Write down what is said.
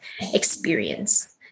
experience